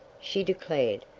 she declared,